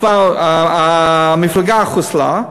כבר המפלגה חוסלה,